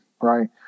right